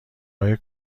های